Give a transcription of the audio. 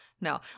No